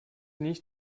nicht